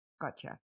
Gotcha